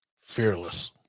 fearless